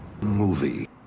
movie